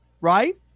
right